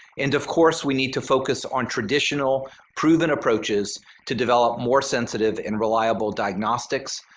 and of course we need to focus on traditional proven approaches to develop more sensitive and reliable diagnostics,